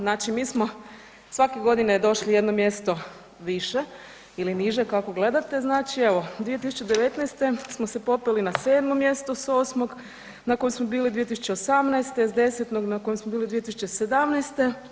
Znači mi smo svake godine došli jedno mjesto više ili niže kako gledate, znači evo 2019. smo se popeli na 7. mjesto s 8., na kojem smo bili 2018. s 10. na kojem smo bili 2017.